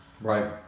Right